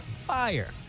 Fire